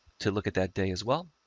to look at that day as well.